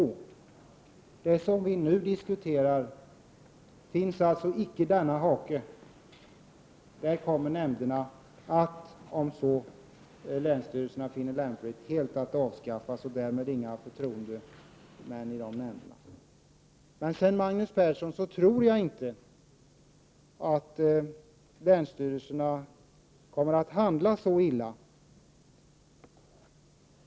När det gäller det som vi nu diskuterar, så finns alltså icke denna hake. Där kommer nämnderna, om så länsstyrelserna finner lämpligt, helt att avskaffas, och därmed blir det inte några förtroendemän i dessa nämnder. Till Magnus Persson vill jag säga att jag inte tror att länsstyrelserna kommer att handla så illa.